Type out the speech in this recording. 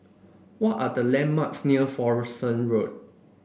what are the landmarks near Florence Road